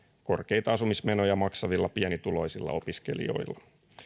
korkeita asumismenoja maksavilla pienituloisilla opiskelijoilla